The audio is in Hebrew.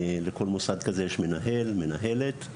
לכל מוסד כזה יש מנהל או מנהלת,